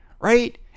right